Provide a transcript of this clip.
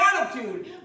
attitude